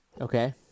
Okay